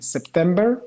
September